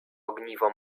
ogniwo